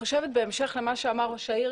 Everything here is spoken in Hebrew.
בהמשך למה שאמר ראש העיר,